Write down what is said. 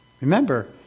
Remember